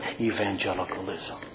evangelicalism